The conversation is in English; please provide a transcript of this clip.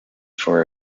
for